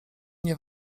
nie